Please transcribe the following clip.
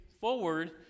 forward